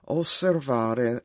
osservare